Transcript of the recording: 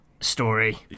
story